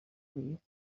leave